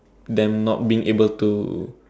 them not being able to